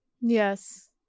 Yes